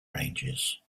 ranges